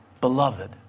Beloved